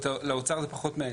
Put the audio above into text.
אז לאוצר זה פחות מעניין.